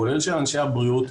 כולל של אנשי הבריאות,